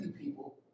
people